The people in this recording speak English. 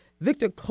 Victor